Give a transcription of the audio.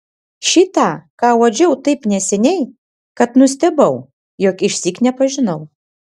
šį tą ką uodžiau taip neseniai kad nustebau jog išsyk nepažinau